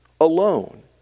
alone